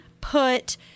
put